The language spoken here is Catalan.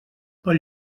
pel